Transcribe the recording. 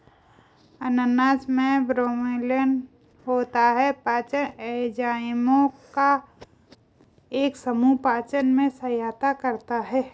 अनानास में ब्रोमेलैन होता है, पाचन एंजाइमों का एक समूह पाचन में सहायता करता है